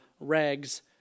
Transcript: rags